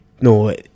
no